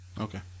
Okay